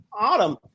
Autumn